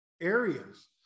areas